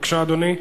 בבקשה, אדוני.